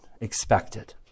expected